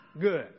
good